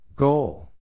Goal